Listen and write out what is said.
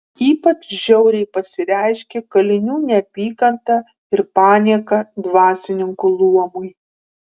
ypač žiauriai pasireiškė kalinių neapykanta ir panieka dvasininkų luomui